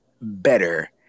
better